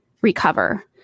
recover